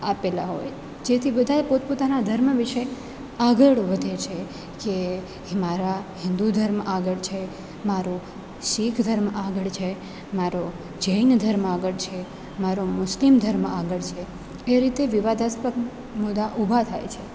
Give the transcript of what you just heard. આપેલા હોય જેથી બધાય પોતપોતાના ધર્મ વિશે આગળ વધે છે જે મારા હિન્દુ ધર્મ આગળ છે મારો શીખ ધર્મ આગળ છે મારો જૈન ધર્મ આગળ છે મારો મુસ્લિમ ધર્મ આગળ છે એ રીતે વિવાદાસ્પદ મુદ્દા ઊભા થાય છે